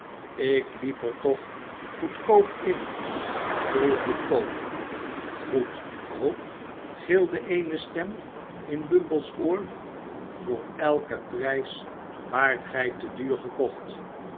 ik liep er toch goedkoop in dol goedkoop goedkoop gilde eene stem in bumblc's oor voor eiken prijs waart gij te duur gekocht